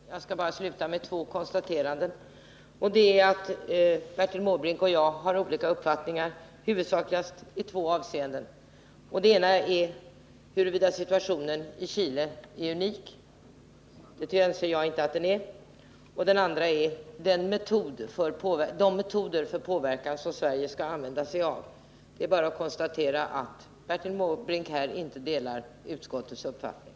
Herr talman! Jag skall inte förlänga debatten mycket. Jag skall bara sluta med ett konstaterande. Bertil Måbrink och jag har olika uppfattningar, huvudsakligast i två avseenden. Det ena är huruvida situationen i Chile är unik. Jag anser inte att den är det. Det andra är de metoder för påverkan som Sverige skall använda. Det är bara att konstatera att Bertil Måbrink här inte delar utskottets uppfattning.